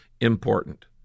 important